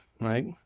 right